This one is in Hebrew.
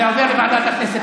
זה עובר לוועדת הכנסת.